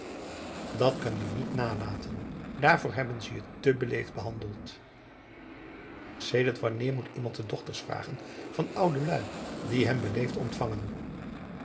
dat kan je niet nalaten daarvoor hebben ze je te beleefd behandeld sedert wanneer moet iemand de dochters vragen van oudelui die hem beleefd ontvangen